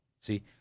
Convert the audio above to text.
See